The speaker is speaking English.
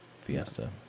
Fiesta